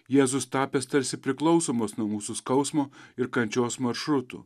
jėzus tapęs tarsi priklausomas nuo mūsų skausmo ir kančios maršrutų